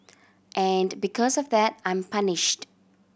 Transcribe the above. and because of that I'm punished